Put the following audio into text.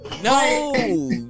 No